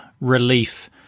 relief